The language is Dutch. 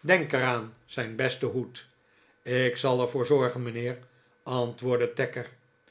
denk er aan zijn besten hoed ik zal er voor zorgen mijnheer antwoordde